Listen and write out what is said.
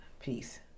Peace